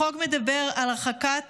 החוק מדבר על הרחקת